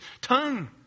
tongue